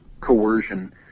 coercion